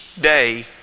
day